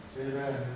Amen